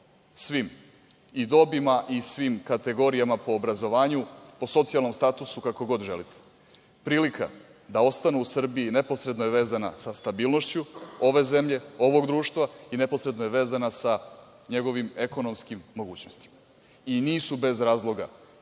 svim i dobima i svim kategorijama po obrazovanju, po socijalnom statusu, kako god želite. Prilika da ostanu u Srbiji neposredno je vezana sa stabilnošću ove zemlje, ovog društva i neposredno je vezana sa njegovim ekonomskim mogućnostima i nisu bez razloga